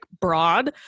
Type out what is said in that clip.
broad